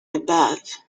above